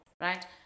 right